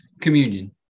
communion